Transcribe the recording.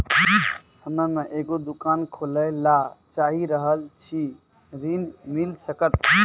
हम्मे एगो दुकान खोले ला चाही रहल छी ऋण मिल सकत?